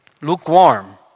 lukewarm